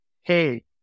hey